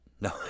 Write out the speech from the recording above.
no